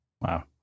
Wow